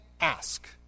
ask